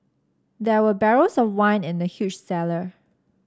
there were barrels of wine in the huge cellar